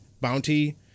bounty